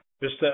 VISTA